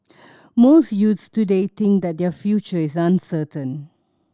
most youths today think that their future is uncertain